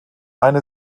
eine